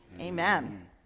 Amen